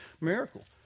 miracle